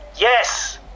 Yes